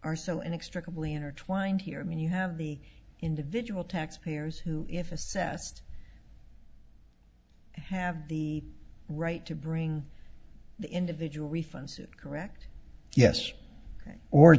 are so extra completely intertwined here i mean you have the individual taxpayers who if assessed they have the right to bring the individual refunds correct yes or